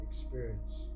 experience